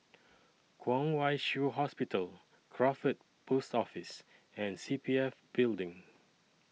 Kwong Wai Shiu Hospital Crawford Post Office and C P F Building